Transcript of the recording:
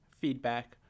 feedback